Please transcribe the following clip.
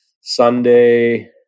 Sunday